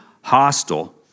hostile